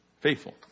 faithful